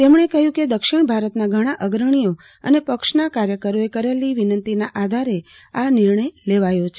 તેમણે કહ્યુ કેદક્ષિણ ભારતના ઘણા અગ્રણીઓ અને પક્ષન કાર્યકરોએ કરેલી વિનંતીના આધારે આ નિર્ણય લેવાયો છે